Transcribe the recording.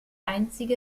einzige